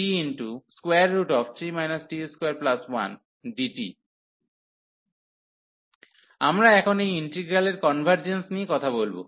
03dx3 xx2103dtt3 t21 আমরা এখন এই ইন্টিগ্রালের কনভারর্জেন্স নিয়ে কথা বলব